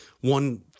one